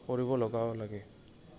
কৰিব লগা লাগে